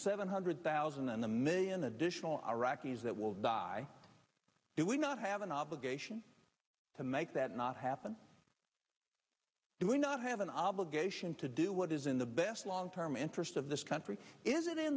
seven hundred thousand and a million additional iraqis that will die do we not have an obligation to make that not happen do we not have an obligation to do what is in the best long term interest of this country is it in